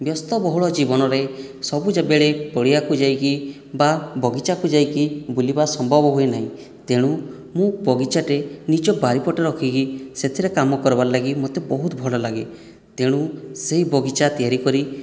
ବ୍ୟସ୍ତବହୁଳ ଜୀବନରେ ସବୁ ବେଳେ ପଡ଼ିଆକୁ ଯାଇକି ବା ବଗିଚାକୁ ଯାଇକି ବୁଲିବା ସମ୍ଭବ ହୁଏ ନାହିଁ ତେଣୁ ମୁଁ ବଗିଚାଟିଏ ନିଜ ବାରିପଟେ ରଖିକି ସେଥିରେ କାମ କରିବାର ଲାଗି ମୋତେ ବହୁତ ଭଲଲାଗେ ତେଣୁ ସେହି ବଗିଚା ତିଆରି କରି